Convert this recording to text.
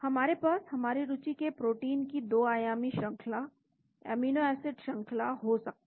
हमारे पास हमारी रुचि के प्रोटीन की 2 आयामी श्रंखला अमीनो एसिड श्रंखला हो सकते हैं